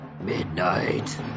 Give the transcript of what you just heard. midnight